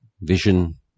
vision